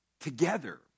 together